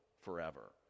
forever